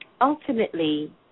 ultimately